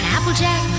Applejack